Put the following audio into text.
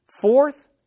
fourth